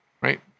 Right